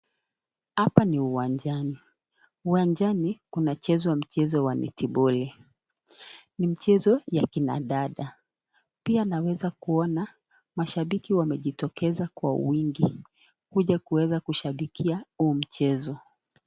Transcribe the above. Apa ni uwanjani. Uwanjani kunachezwa mchezo wa neti boli. Ni mcheza ya akina dada. Pia tunaona mashabiki wamejitokeza kwa wingi kuja kuweza kushabikia huu mchezo.